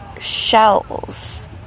shells